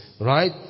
Right